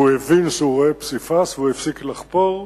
והוא הבין שהוא רואה פסיפס והוא הפסיק לחפור,